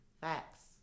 Facts